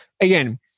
again